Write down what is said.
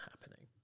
happening